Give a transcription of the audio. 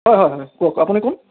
হয় হয় হয় কওক আপুনি কোন